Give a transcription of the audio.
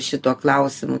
šituo klausimu